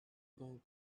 going